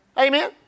Amen